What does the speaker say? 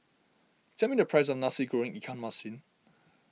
tell me the price of Nasi Goreng Ikan Masin